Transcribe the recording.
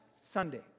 Sunday